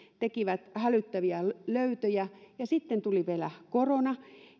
tekivät hälyttäviä löytöjä ja sitten tuli vielä korona